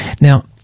Now